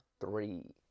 three